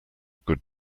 good